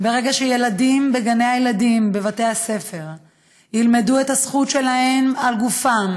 ברגע שילדים בגני הילדים ובבתי הספר ילמדו את הזכות שלהם על גופם,